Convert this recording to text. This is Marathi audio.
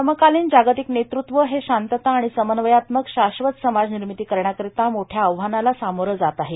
समकालीन जागतिक नेतृत्व हे शांतता आणि समन्वयात्मक शाश्वत समाजनिर्मिती करण्याकरिता मोठया आव्हानाला सामोरे जात आहे